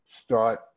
start